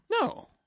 no